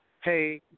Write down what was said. Hey